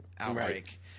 outbreak